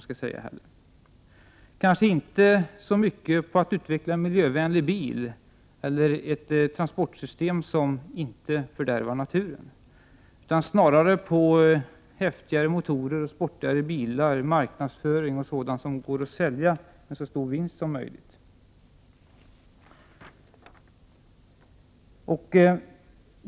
Det gäller kanske inte så mycket att utveckla en miljövänlig bil eller ett transportsystem som inte fördärvar naturen, snarare häftigare motorer, sportigare bilar, marknadsföring och annat som ger så stor vinst som möjligt.